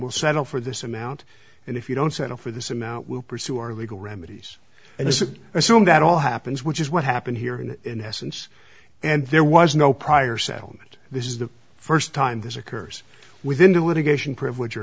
we'll settle for this amount and if you don't settle for this amount will pursue our legal remedies and it's assumed that all happens which is what happened here and in essence and there was no prior settlement this is the first time this occurs within the litigation privilege or